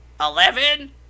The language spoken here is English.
Eleven